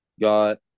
got